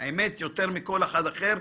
מכל אחד אחר.